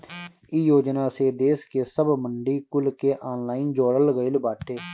इ योजना से देस के सब मंडी कुल के ऑनलाइन जोड़ल गईल बाटे